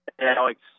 Alex